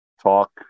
talk